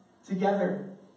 together